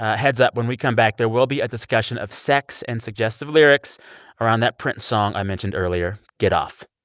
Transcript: heads-up when we come back, there will be a discussion of sex and suggestive lyrics around that prince song i mentioned earlier, gett off.